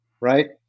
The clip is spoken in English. right